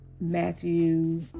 Matthew